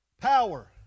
Power